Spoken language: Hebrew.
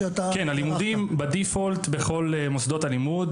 הלימודים בברירת המחדל בכל מוסדות הלימוד